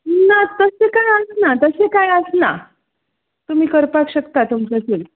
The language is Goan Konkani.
ना तशें कांय आसना तशें कांय आसना तुमी करपाक शकता तुमचे थंय